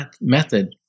method